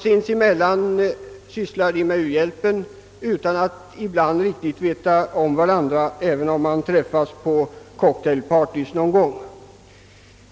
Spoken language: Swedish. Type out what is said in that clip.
Sinsemellan sysslar de med u-hjälp utan att ibland riktigt veta om varandra, även om representanterna någon gång träffas på »cocktailparties».